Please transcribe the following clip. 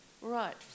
Right